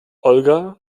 olga